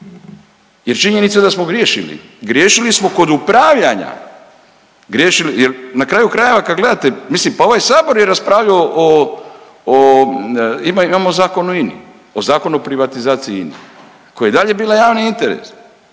jer činjenica je da smo griješili, griješili smo kod upravljanja, griješili jel na kraju krajeva kad gledate, mislim pa ovaj sabor je raspravljao o, o, imamo Zakon o INA-i, Zakon o privatizaciji INA-e, koja je i dalje bila javni interes,